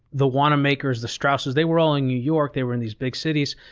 the wanamakers, the strausses, they were all in new york. they were in these big cities.